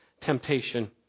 temptation